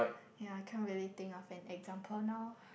yea can't really think of an example now